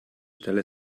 stelle